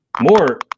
more